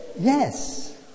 yes